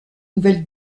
nouvelle